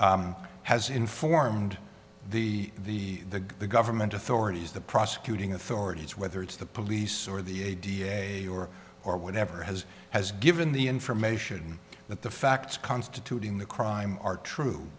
indictment has informed the the the the government authorities the prosecuting authorities whether it's the police or the a da or or whatever has has given the information that the facts constituting the crime are true